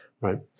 right